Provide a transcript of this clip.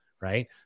right